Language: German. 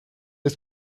des